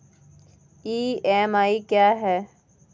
EMI क्या है?